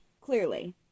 Clearly